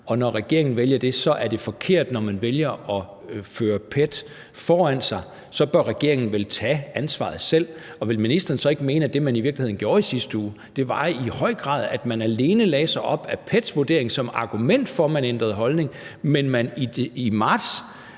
og når regeringen vælger det, er det forkert, når man vælger at føre PET foran sig, for så bør regeringen vel tage ansvaret selv. Og vil ministeren så ikke mene, at det, man i virkeligheden gjorde i sidste uge, i høj grad var, at man alene lagde sig op ad PET's vurdering som argument for, at man ændrede holdning, mens man i marts